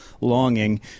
longing